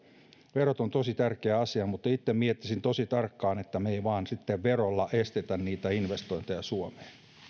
verot ovat tosi tärkeä asia mutta itse miettisin sitä tosi tarkkaan niin että me emme vain sitten verolla estä niitä investointeja suomeen